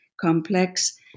complex